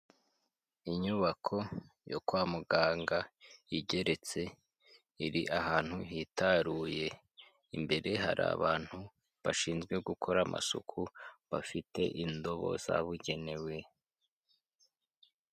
Inyubako yo kwa muganga igeretse iri ahantu hitaruye, imbere hari abantu bashinzwe gukora amasuku bafite indobo zabugenewe.